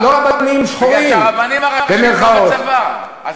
לא רבנים "שחורים" מפני שהרבנים הראשיים לא בצבא.